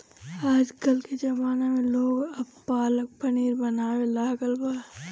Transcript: आजकल के ज़माना में लोग अब पालक पनीर बनावे लागल बा